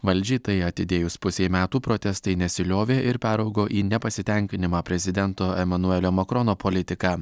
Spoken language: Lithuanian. valdžiai tai atidėjus pusei metų protestai nesiliovė ir peraugo į nepasitenkinimą prezidento emanuelio makrono politika